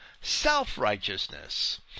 self-righteousness